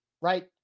right